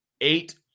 eight